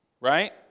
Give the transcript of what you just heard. right